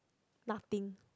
nothing